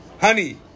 honey